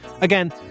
Again